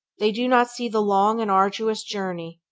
they do not see the long and arduous journey,